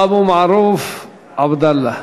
אבו מערוף עבדאללה.